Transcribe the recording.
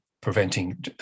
preventing